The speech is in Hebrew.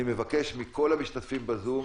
אני מבקש מכל המשתתפים ב-zoom